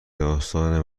داستان